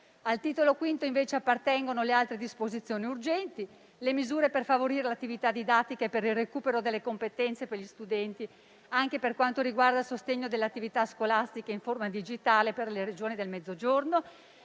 Al titolo V invece appartengono le altre disposizioni urgenti, le misure per favorire le attività didattiche e per il recupero delle competenze degli studenti, anche per quanto riguarda il sostegno delle attività scolastiche in forma digitale per le Regioni del Mezzogiorno,